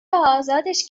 ازادش